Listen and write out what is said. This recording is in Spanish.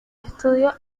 estudio